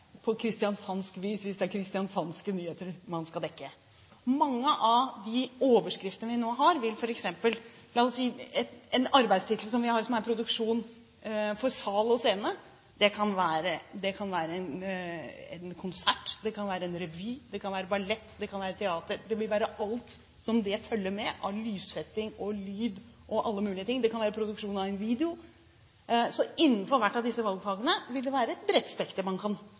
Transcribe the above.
på kristiansandsk vis, hvis det er kristiansandske nyheter man skal dekke. En arbeidstittel vi har, er produksjon for sal og scene. Det kan være en konsert, det kan være en revy, det kan være ballett, det kan være teater, det vil være alt som følger med av lyssetting og lyd og alle mulige ting, og det kan være produksjon av en video. Innenfor hvert av disse valgfagene vil det være et bredt spekter man kan